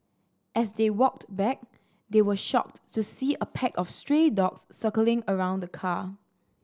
as they walked back they were shocked to see a pack of stray dogs circling around the car